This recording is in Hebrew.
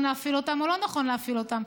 להפעיל אותם או לא נכון להפעיל אותם.